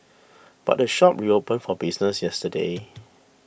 but the shop reopened for business yesterday